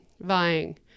vying